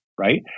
right